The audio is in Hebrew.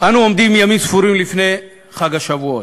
אנו עומדים ימים ספורים לפני חג השבועות,